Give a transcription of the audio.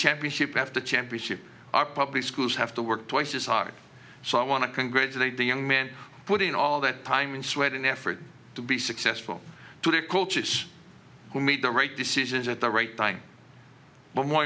championship have to championship our public schools have to work twice as hard so i want to congratulate the young men putting all that time and sweat and effort to be successful to their coaches who made the right decisions at the right time but more